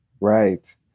Right